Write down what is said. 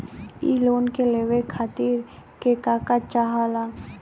इ लोन के लेवे खातीर के का का चाहा ला?